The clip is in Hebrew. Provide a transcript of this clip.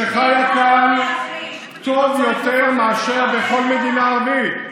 שחיה, כאן טוב יותר מאשר בכל מדינה ערבית,